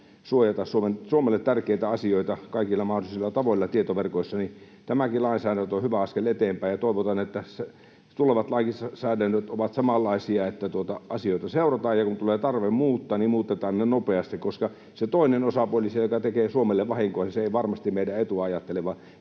suojata Suomelle tärkeitä asioita kaikilla mahdollisilla tavoilla tietoverkoissa... Tämäkin lainsäädäntö on hyvä askel eteenpäin, ja toivotaan, että tulevat lainsäädännöt ovat samanlaisia, että asioita seurataan, ja kun tulee tarve muuttaa, niin muutetaan ne nopeasti, koska se toinen osapuoli — se, joka tekee Suomelle vahinkoa — ei varmasti meidän etua ajattele,